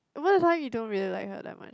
most of the time you don't really like her that much